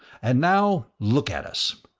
and now look at us!